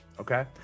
okay